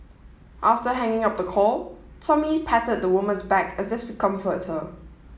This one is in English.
after hanging up the call Tommy patted the woman's back as if to comfort her